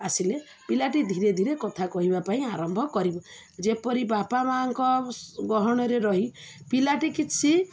ଆସିଲେ ପିଲାଟି ଧୀରେ ଧୀରେ କଥା କହିବା ପାଇଁ ଆରମ୍ଭ କରିବୁ ଯେପରି ବାପା ମାଆଙ୍କ ଗହଣରେ ରହି ପିଲାଟି କିଛି